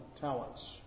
talents